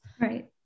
Right